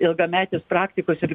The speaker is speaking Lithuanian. ilgametės praktikos ir